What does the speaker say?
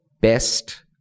best